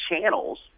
channels